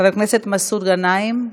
חבר הכנסת מסעוד גנאים,